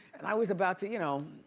and i was about to, you know,